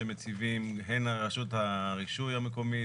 שמציבים הן על רשות הרישוי המקומית